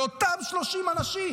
לאותם 30 אנשים.